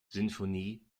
sinfonie